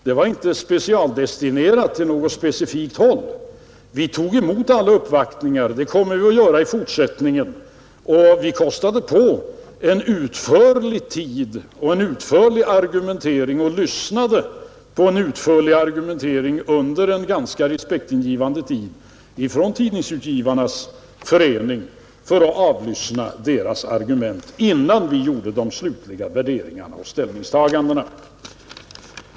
Det var inte specialdestinerat till något specifikt håll. Vi tog emot alla uppvaktningar — det kommer vi att göra i fortsättningen också — och vi kostade på åtskillig tid för en utförlig argumentering och vi hörde under en ganska respektingivande tid på en utförligare argumentering från Tidningsutgivareföreningen för att avlyssna dess argument innan vi gjorde de slutliga värderingarna och ställningstagandena.